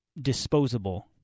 disposable